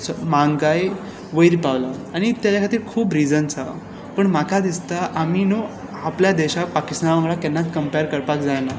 so म्हारगाय वयर पावल्या आनी ताचे खातीर खूब रिझनस आसा पूण म्हाका दिसता आमी न्हू आपल्या देशाक पाकिस्ताना वांगडा केन्ना कम्पेर करपाक जायना